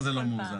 הם לא באים כל פעם.